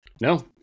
No